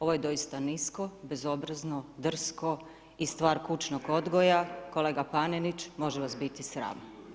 Ovo je doista nisko, bezobrazno, drsko i stvar kućnog odgoja, kolega Panenić može vas biti sram.